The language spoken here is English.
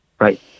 right